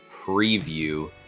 preview